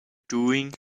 doing